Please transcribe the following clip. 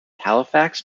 halifax